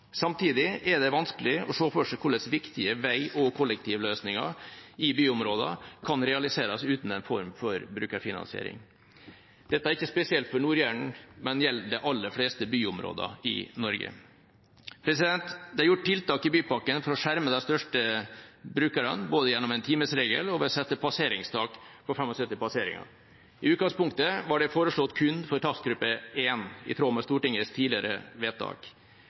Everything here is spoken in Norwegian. Samtidig er det vanskelig å se for seg hvordan viktige vei- og kollektivløsninger i byområder kan realiseres uten en form for brukerfinansiering. Dette er ikke spesielt for Nord-Jæren, men gjelder de aller fleste byområder i Norge. Det er gjort tiltak i bypakken for å skjerme de største brukerne både gjennom en timesregel og ved å sette et passeringstak på 75 passeringer. I utgangspunktet var det foreslått kun for takstgruppe 1 i tråd med Stortingets tidligere vedtak.